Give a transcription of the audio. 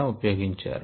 కూడా ఉపయోగించారు